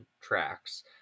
tracks